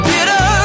Bitter